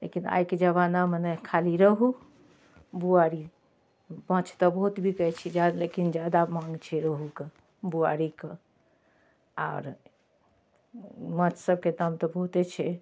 लेकिन आइके जमानामे ने खाली रोहु बुआरी माँछ तऽ बहुत बिकाइ छै जा लेकिन जादा माँग छै रोहुके बुआरीके आओर माँछसबके दाम तऽ बहुते छै